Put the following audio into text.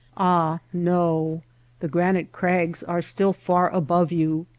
ah no the granite crags are still far above you.